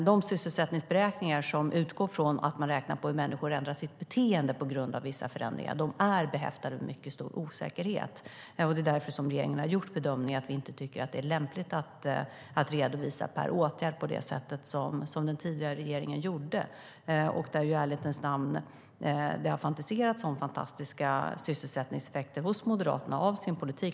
De sysselsättningsberäkningar som utgår från att människor ändrar sitt beteende på grund av vissa förändringar är behäftade med mycket stor osäkerhet. Det är därför som regeringen har gjort bedömningen att vi inte tycker att det är lämpligt att redovisa per åtgärd på det sätt som den tidigare regeringen gjorde.I ärlighetens namn fantiserades det om fantastiska sysselsättningseffekter hos Moderaterna av sin politik.